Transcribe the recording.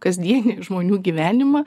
kasdienį žmonių gyvenimą